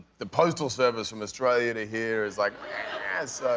the postal service from australia to here is like